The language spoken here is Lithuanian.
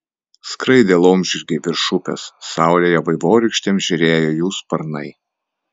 skraidė laumžirgiai virš upės saulėje vaivorykštėm žėrėjo jų sparnai